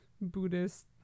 Buddhist